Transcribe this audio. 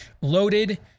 loaded